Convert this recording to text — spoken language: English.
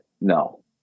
no